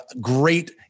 great